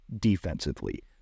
defensively